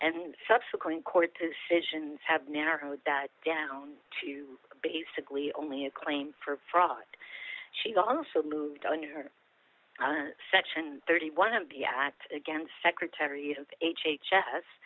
and subsequent court decisions have narrowed that down to basically only a claim for fraud she also moved on her section thirty one of the act against secretary of h h s